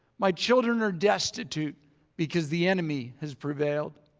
my children are destitute because the enemy has prevailed.